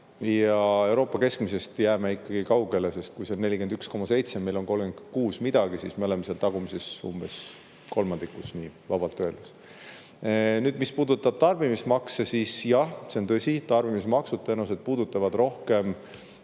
Euroopa keskmisest jääme ikkagi kaugele, sest kui see on 41,7%, meil on 36 midagi, siis me oleme seal tagumises umbes kolmandikus, nii vabalt öeldes. Nüüd, mis puudutab tarbimismakse, siis jah, see on tõsi, et tarbimismaksud tõenäoliselt puudutavad rohkem